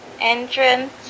entrance